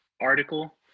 article